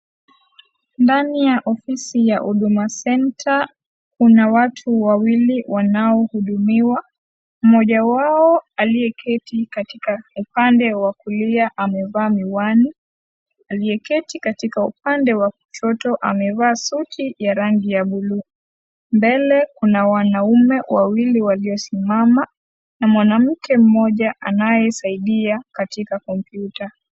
Ndani ya ofisi ya huduma center kuna watu wawili wanahudumiwa mmoja wao aliyeketi katika upande wa kulia ambaye amevaa miwani aliyeketi upande wa kushoto amevaa suti ya rangi ya buluu mbele kuna wanaume wawili waliosimama na mwanamke mmoja ana yesaidia katika kompyuta.